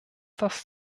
das